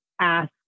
ask